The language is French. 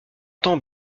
temps